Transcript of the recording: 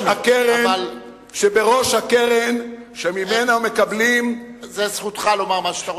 אבל זכותך לומר מה שאתה רוצה.